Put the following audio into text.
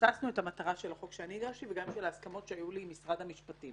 פספסנו את המטרה של החוק שהגשתי ושל ההסכמות שהיו לי עם משרד המשפטים.